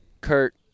Kurt